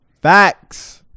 Facts